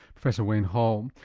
professor wayne hall.